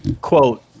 quote